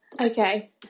Okay